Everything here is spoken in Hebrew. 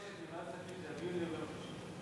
הממשלה מבקשת שהדיון יהיה ביום ראשון.